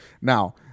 Now